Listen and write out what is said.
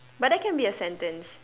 but that can be a sentence